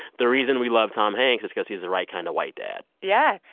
the reason we love tom hanks is because he's the right kind of white dad yeah.